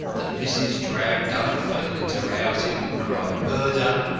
that mrs. drabdump, failing to rouse him, would cry murder!